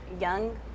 Young